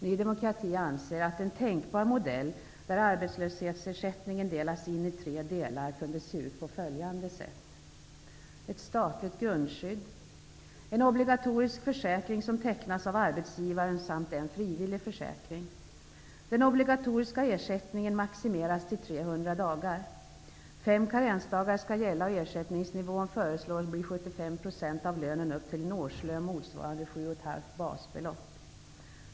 Ny demokrati anser, att en tänkbar modell där arbetslöshetsersättningen delas in i tre delar kunde se ut på följande sätt: Ett statligt grundskydd, en obligatorisk försäkring som tecknas av arbetsgivaren, samt en frivillig försäkring. dagar. Fem karensdagar skall gälla, och ersättningsnivån föreslås bli 75 % av lönen upp till en årslön motsvarande 7,5 basbelopp.